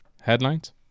headlines